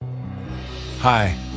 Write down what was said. Hi